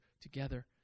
together